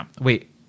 Wait